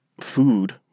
food